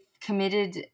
committed